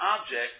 object